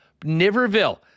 Niverville